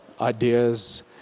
ideas